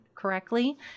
correctly